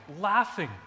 laughing